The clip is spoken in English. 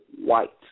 white